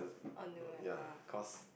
on the what ah